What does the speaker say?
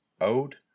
ode